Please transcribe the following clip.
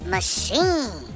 Machine